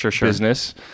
business